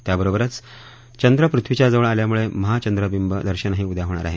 त्याबरोबरच चंद्र पृथ्वीच्या जवळ आल्यामुळे महाचंद्रबिंब दर्शनही उद्या होणार आहे